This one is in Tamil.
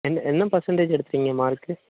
என்ன என்ன பெர்சன்ட்டேஜ் எடுத்தீங்க மார்க்